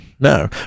No